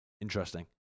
interesting